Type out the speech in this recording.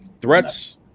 Threats